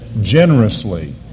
generously